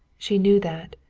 she knew that.